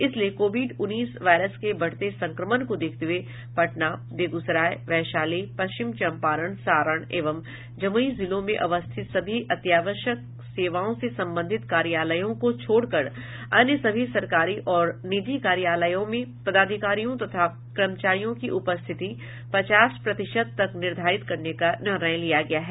इसलिए कोविड उन्नीस वायरस के बढ़ते संक्रमण को देखते हुए पटना बेगूसराय वैशाली पश्चिम चंपारण सारण एवं जमुई जिलों में अवस्थित सभी अत्यावश्क सेवाओं से संबंधित कार्यालयों को छोड़कर अन्य सभी सरकारी और निजी कार्यालयों में पदाधिकारियों तथा कर्मचारियों की उपस्थिति पचास प्रतिशत तक निर्धारित करने का निर्णय लिया गया है